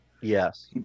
Yes